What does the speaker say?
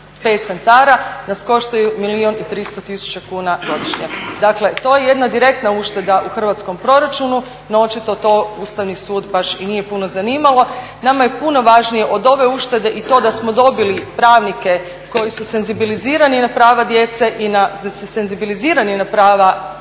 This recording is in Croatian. centara nas koštaju milijun i 300 tisuća kuna godišnje. Dakle to je jedna direktna ušteda u hrvatskom proračunu, no očito to Ustavni sud baš i nije puno zanimalo. Nama je puno važnije od ove uštede i to da smo dobili pravnike koji su senzibilizirani na prava djece i